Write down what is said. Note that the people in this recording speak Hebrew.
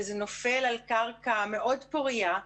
וזה נופל על קרקע מאוד פורייה.